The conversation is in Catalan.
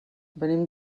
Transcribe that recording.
venim